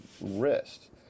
wrist